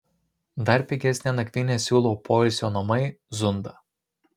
dar pigesnę nakvynę siūlo poilsio namai zunda